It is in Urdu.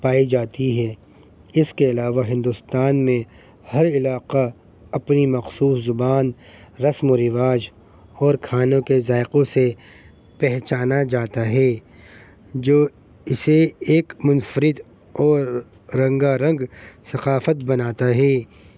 پائی جاتی ہے اس کے علاوہ ہندوستان میں ہر علاقہ اپنی مخصوص زبان رسم و رواج اور کھانوں کے ذائقوں سے پہچانا جاتا ہے جو اسے ایک منفرد اور رنگا رنگ ثقافت بناتا ہے